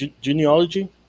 genealogy